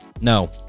No